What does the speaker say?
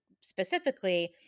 specifically